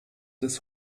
des